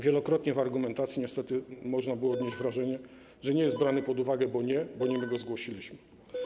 Wielokrotnie w argumentacji niestety można było odnieść wrażenie, że nie jest brany pod uwagę, bo nie, bo nie my go zgłosiliśmy.